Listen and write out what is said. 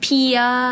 Pia